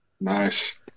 Nice